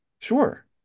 Sure